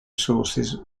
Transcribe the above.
sources